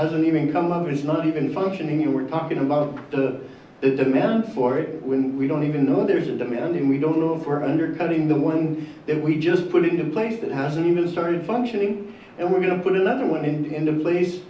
hasn't even come over is not even functioning you were talking about the demand for it when we don't even know there's a demanding we don't know we're understanding the ones that we just put in place that hasn't even started functioning and we're going to put another one in the place